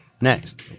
next